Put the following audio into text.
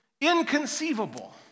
inconceivable